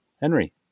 Henry